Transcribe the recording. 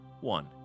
One